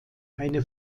eine